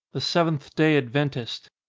the seventh day adventist